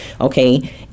okay